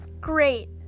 great